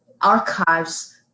archives